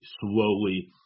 slowly